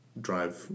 drive